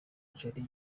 charles